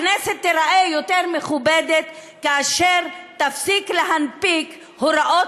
הכנסת תיראה יותר מכובדת כאשר תפסיק להנפיק הוראות